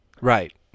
Right